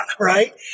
right